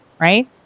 right